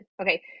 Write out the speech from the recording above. okay